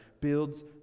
builds